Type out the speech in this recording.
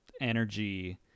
energy